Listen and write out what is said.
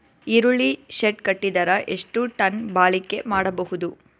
ಈರುಳ್ಳಿ ಶೆಡ್ ಕಟ್ಟಿದರ ಎಷ್ಟು ಟನ್ ಬಾಳಿಕೆ ಮಾಡಬಹುದು?